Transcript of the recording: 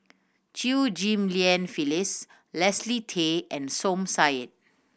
Chew Ghim Lian Phyllis Leslie Tay and Som Said